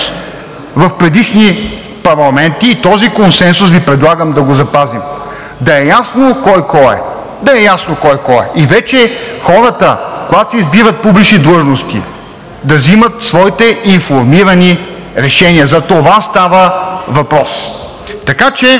в предишни парламенти и този консенсус Ви предлагам да го запазим – да е ясно кой кой е. Да е ясно кой кой е. И вече хората, когато се избират публични длъжности, да взимат своите информирани решения. За това става въпрос. Така че,